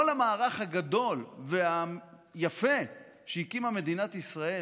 כל המערך הגדול והיפה שהקימה מדינת ישראל